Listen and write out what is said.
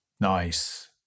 Nice